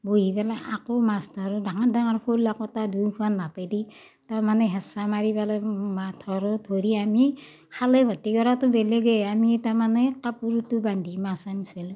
বহি পেলাই আকৌ মাছ ধৰোঁ ডাঙৰ ডাঙৰ শ'ল একোটা দুয়োখান হাতেদি তাৰমানে হেঁচা মাৰি পেলাই মাত ধৰোঁ ধৰি আমি খালৈ ভৰ্তি কৰাটো বেলেগেই আমি তাৰমানে কাপোৰতো বান্ধি মাছ আনিছিলোঁ